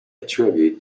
attribute